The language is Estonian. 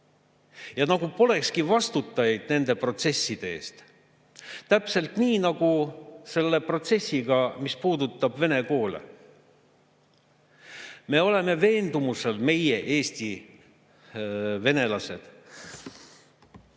Ja nagu polekski vastutajaid nende protsesside eest. Täpselt nii nagu selle protsessiga, mis puudutab vene koole. Me oleme veendumusel – meie, Eesti venelased